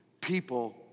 People